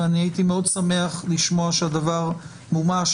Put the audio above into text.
ואני הייתי מאוד שמח לשמוע שהדבר מומש,